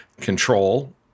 control